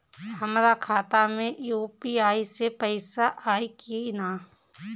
हमारा खाता मे यू.पी.आई से पईसा आई कि ना?